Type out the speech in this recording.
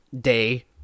day